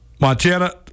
Montana